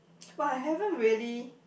!woah! I haven't really